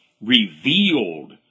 revealed